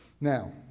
Now